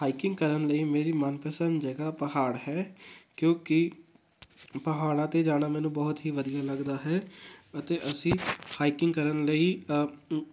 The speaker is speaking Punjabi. ਹਾਈਕਿੰਗ ਕਰਨ ਲਈ ਮੇਰੀ ਮਨ ਪਸੰਦ ਜਗ੍ਹਾ ਪਹਾੜ ਹੈ ਕਿਉਂਕਿ ਪਹਾੜਾਂ 'ਤੇ ਜਾਣਾ ਮੈਨੂੰ ਬਹੁਤ ਹੀ ਵਧੀਆ ਲੱਗਦਾ ਹੈ ਅਤੇ ਅਸੀਂ ਹਾਈਕਿੰਗ ਕਰਨ ਲਈ